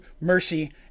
Mercy